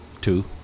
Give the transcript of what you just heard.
two